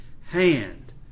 hand